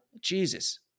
Jesus